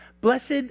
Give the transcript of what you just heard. Blessed